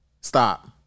Stop